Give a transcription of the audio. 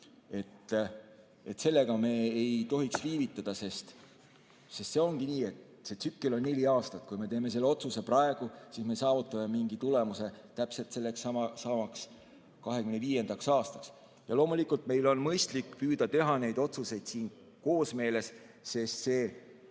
Sellega me ei tohiks viivitada, sest ongi nii, et see tsükkel on neli aastat. Kui me teeme selle otsuse praegu, siis me saavutame mingi tulemuse täpselt sellekssamaks 2025. aastaks. Loomulikult on meil mõistlik püüda teha neid otsuseid siin koosmeeles, sest need